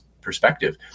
perspective